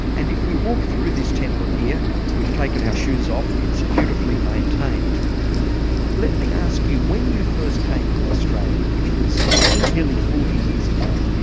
and if we walk through this temple here we've taken our shoes off, it's beautifully maintained let me ask you, when you first came to australia which was i think nearly forty years ago,